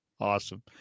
Awesome